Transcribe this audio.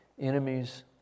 enemies